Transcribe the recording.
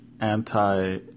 anti